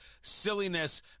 silliness